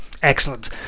Excellent